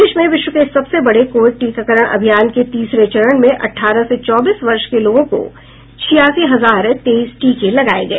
देश में विश्व के सबसे बडे कोविड टीकाकरण अभियान के तीसरे चरण में अठारह से चौबीस वर्ष के लोगों को छियासी हजार तेईस टीके लगाए गए